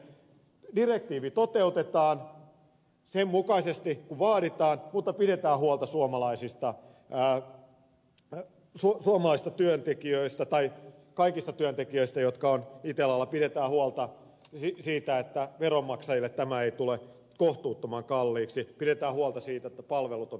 tässä on toinen mahdollisuus jolla direktiivi toteutetaan sen mukaisesti kuin vaaditaan mutta pidetään huolta suomalaisista työntekijöistä tai kaikista työntekijöistä jotka ovat itellalla pidetään huolta siitä että veronmaksajille tämä ei tule kohtuuttoman kalliiksi pidetään huolta siitä että palvelut ovat turvattuina